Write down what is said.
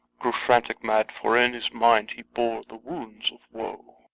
grew frantic mad for in his mind he bore the wounds of woe.